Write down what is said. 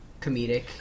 comedic